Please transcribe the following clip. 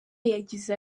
yagize